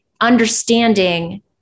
understanding